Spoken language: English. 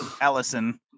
Allison